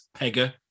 PEGA